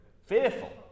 Fearful